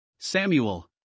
Samuel